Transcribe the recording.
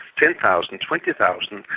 ten thousand, twenty thousand,